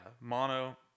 mono